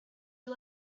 you